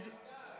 די, די, די.